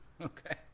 Okay